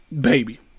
Baby